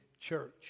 church